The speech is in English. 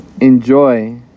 enjoy